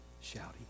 shouting